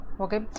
Okay